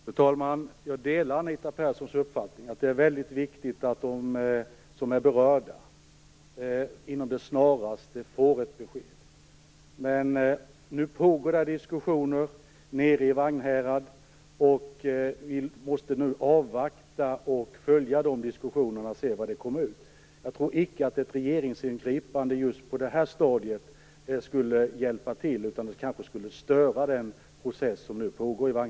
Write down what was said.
Fru talman! Jag delar Anita Perssons uppfattning att det är viktigt att de berörda får ett besked inom den snaraste tiden. Men nu pågår diskussioner nere i Vagnhärad och vi måste avvakta och följa dem och se vad som kommer ut av dem. Jag tror inte att ett regeringsingripande på just det här stadiet skulle hjälpa till, utan det skulle kanske störa den process som nu pågår där.